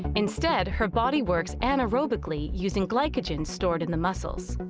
instead her body works anaerobically using glycogen stored in the muscles.